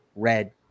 red